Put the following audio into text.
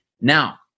Now